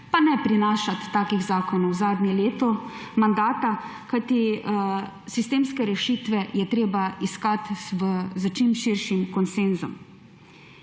Pa ne prinašati takih zakonov zadnje leto mandata, kajti sistemske rešitve je treba iskati s čim širšim konsenzom.